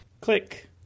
Click